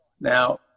Now